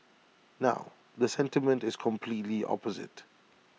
now the sentiment is completely opposite